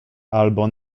albo